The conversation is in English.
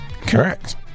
correct